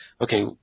okay